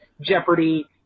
jeopardy